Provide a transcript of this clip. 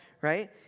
right